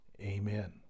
amen